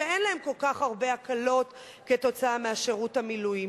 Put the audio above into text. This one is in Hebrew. שאין להם כל כך הרבה הקלות עקב שירות המילואים.